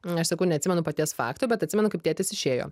aš sakau neatsimenu paties fakto bet atsimenu kaip tėtis išėjo